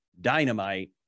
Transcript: dynamite